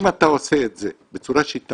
אם אתה עושה את זה בצורה שיטתית